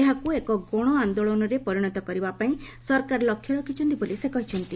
ଏହାକୁ ଏକ ଗଣ ଆନ୍ଦୋଳନରେ ପରିଣତ କରିବାପାଇଁ ସରକାର ଲକ୍ଷ୍ୟ ରଖିଛନ୍ତି ବୋଲି ସେ କହିଛନ୍ତି